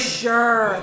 sure